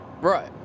Right